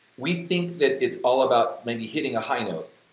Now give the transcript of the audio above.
we think that it's all about maybe hitting a high note,